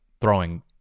throwing